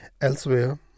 Elsewhere